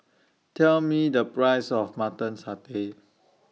Tell Me The Price of Mutton Satay